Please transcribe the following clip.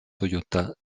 toyota